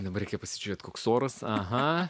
dabar reikia pasižiūrėti koks oras aha